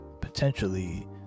potentially